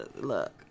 look